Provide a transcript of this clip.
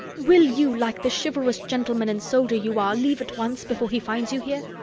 will you, like the chivalrous gentleman and soldier you are, leave at once before he finds you here?